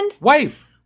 Wife